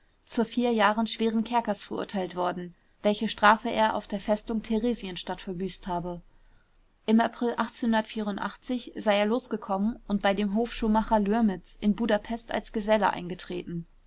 zu jahren schweren kerkers verurteilt worden welche strafe er auf der festung theresienstadt verbüßt habe im april sei er losgekommen und bei dem hofschuhmacher lürmitz in budapest als geselle eingetreten